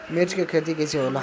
मिर्च के खेती कईसे होला?